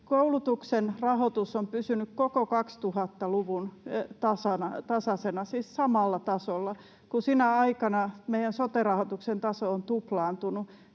koulutuksen rahoitus on pysynyt koko 2000-luvun tasaisena, siis samalla tasolla, kun sinä aikana meidän sote-rahoituksen taso on tuplaantunut.